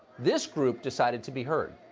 this group decided to be heard.